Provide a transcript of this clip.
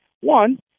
one